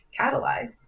catalyze